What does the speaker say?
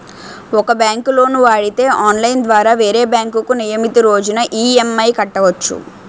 ఒక బ్యాంకులో లోను వాడితే ఆన్లైన్ ద్వారా వేరే బ్యాంకుకు నియమితు రోజున ఈ.ఎం.ఐ కట్టవచ్చు